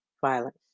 violence